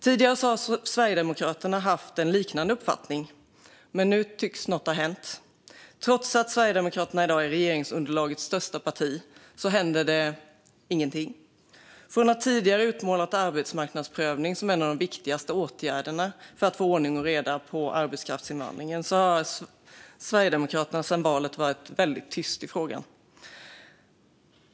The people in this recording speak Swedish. Tidigare har Sverigedemokraterna haft en liknande uppfattning, men nu tycks något ha hänt. Trots att Sverigedemokraterna i dag är regeringsunderlagets största parti händer ingenting. Från att tidigare ha utmålat arbetsmarknadsprövning som en av de viktigaste åtgärderna för att få ordning och reda på arbetskraftsinvandringen har Sverigedemokraterna sedan valet varit väldigt tysta i frågan.